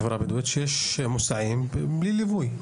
החברה הבדואית שיש מוסעים בלי ליווי.